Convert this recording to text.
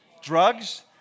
Drugs